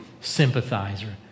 sympathizer